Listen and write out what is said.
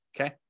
okay